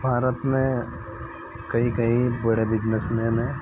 भारत में कहीं कहीं बड़े बिजनेसमैन हैं